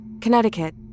Connecticut